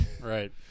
Right